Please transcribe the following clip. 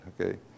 Okay